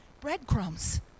Breadcrumbs